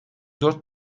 dört